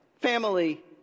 family